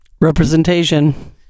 Representation